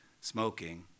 Smoking